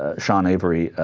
ah sean avery